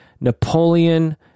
Napoleon